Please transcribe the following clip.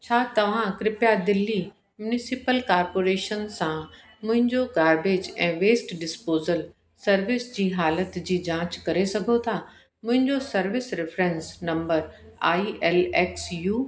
छा तव्हां कृप्या दिल्ली मुनीसिपल कार्पोरेशन सां मुंहिंजो गार्बेज ऐं वेस्ट डिसपोज़ल सर्विस जी हालति जी जांच करे सघो था मुंहिंजो service reference number I L X U